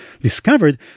discovered